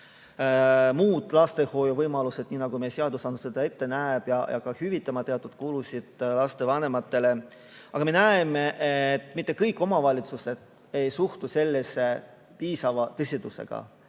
muud lastehoiuvõimalused, nii nagu meie seadusandlus seda ette näeb, ja [nad peavad] ka hüvitama teatud kulusid lastevanematele. Aga me näeme, et mitte kõik omavalitsused ei suhtu sellesse piisava tõsidusega.